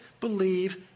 believe